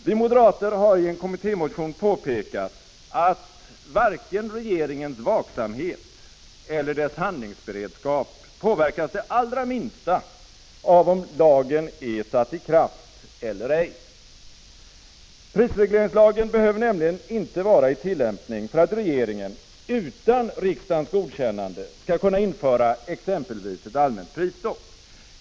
Vi moderater har i en kommittémotion påpekat att varken regeringens vaksamhet eller dess handlingsberedskap påverkas det allra minsta av om lagen är satt i kraft eller ej. Prisregleringslagen behöver nämligen inte vara i tillämpning för att regeringen utan riksdagens godkännande skall kunna införa exempelvis ett allmänt prisstopp.